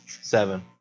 Seven